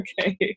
Okay